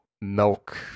Milk